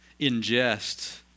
ingest